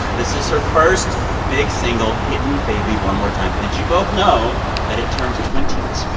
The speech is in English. this is her first big single, hit me baby one more time. did you both know that it turns twenty this week?